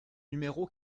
numéro